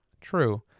true